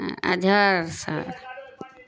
Azhar سر